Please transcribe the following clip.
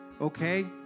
Okay